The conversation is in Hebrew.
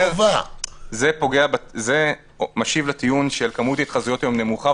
זה משיב לטיעון של כמות התחזויות נמוכה,